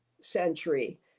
century